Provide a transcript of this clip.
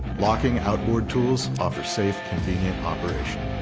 locking outboard tools offer safe convenient operation